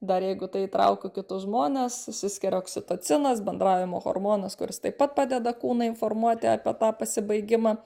dar jeigu tai įtraukiu kitus žmones išsiskiria oksitocinas bendravimo hormonas kuris taip pat padeda kūną informuoti apie tą pasibaigimą